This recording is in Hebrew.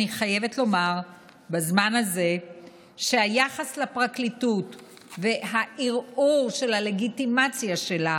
אני חייבת לומר בזמן הזה שהיחס לפרקליטות והערעור של הלגיטימציה שלה